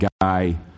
guy